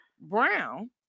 Brown